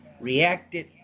reacted